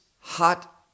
hot